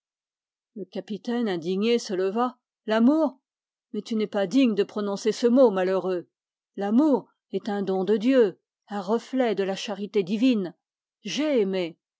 le capitaine indigné se leva l'amour mais tu n'es pas digne de prononcer ce mot malheureux l'amour est un reflet de la charité divine j'ai aimé